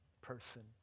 person